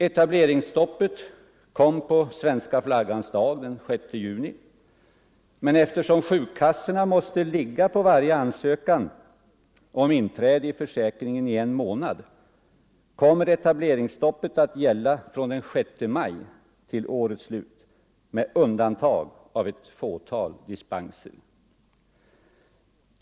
Etableringsstoppet kom på svenska flaggans dag, den 6 juni, men eftersom sjukkassorna måste ligga på varje ansökan om inträde i försäkringen i en månad skall etableringsstoppet gälla från den 6 maj till årets slut med undantag av ett fåtal dispenser.